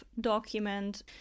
document